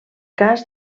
cas